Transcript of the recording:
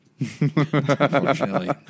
unfortunately